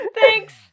Thanks